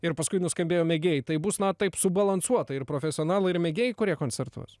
ir paskui nuskambėjo mėgėjai tai bus na taip subalansuota ir profesionalai ir mėgėjai kurie koncertuos